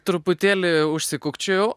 truputėlį užsikukčiojau